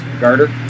Garter